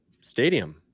stadium